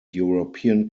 european